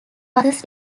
buses